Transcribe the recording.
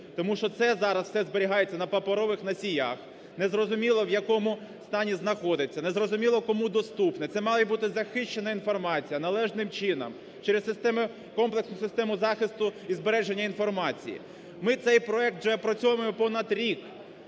Тому що це зараз все зберігається на паперових носіях, незрозуміло в якому стані знаходиться, незрозуміло кому доступне, це має бути захищена інформація належним чином через системи... комплексну систему захисту і збереження інформації. Ми цей проект вже опрацьовуємо понад рік.